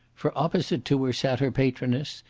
for opposite to her sat her patroness,